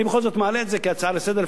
אני בכל זאת מעלה את זה כהצעה לסדר-היום,